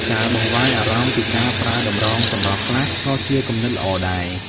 ការបង្វែរអារម្មណ៍ពីការប្រើតម្រងសម្រស់ខ្លះក៏ជាគំនិតល្អដែរ។